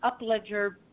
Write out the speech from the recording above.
Upledger